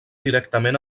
directament